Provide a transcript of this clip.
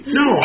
no